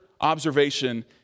observation